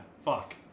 Fuck